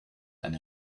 eine